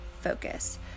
focus